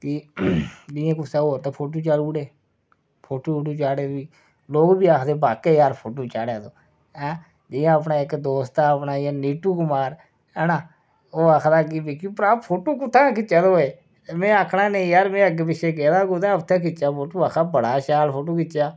फ्ही जियां कुसा होर दे फोटू चाढ़ी उड़े फोटू चाढ़े फ्ही लोग बी आखदे बाकय यार चाढ़ेआ तूं ऐं जियां अपने इक्क दोस्त ऐ अपना इक्क नीटू कुमार ऐ ना ओह् आखदा भाई विक्की भ्रा फोटू कुत्थुआं खिच्चेआ तूं एह् में आखना नेईं यार में अग्गै पिच्छै गेदा हा कुतै उत्थै खिच्चेआ फोटू आक्खा दा बड़ा शैल फोटू खिच्चेआ